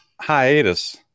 hiatus